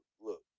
look